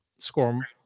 score